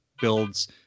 builds